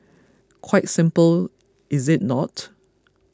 quite simple is it not